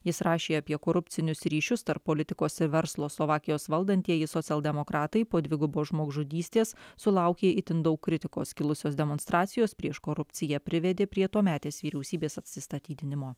jis rašė apie korupcinius ryšius tarp politikos ir verslo slovakijos valdantieji socialdemokratai po dvigubos žmogžudystės sulaukė itin daug kritikos kilusios demonstracijos prieš korupciją privedė prie tuometės vyriausybės atsistatydinimo